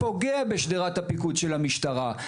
פוגע בשדרת הפיקוד של המשטרה,